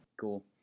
cool